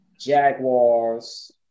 Jaguars